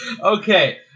Okay